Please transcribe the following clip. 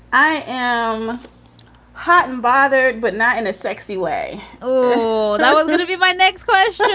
i am hot and bothered, but not in a sexy way oh, i was going to be my next question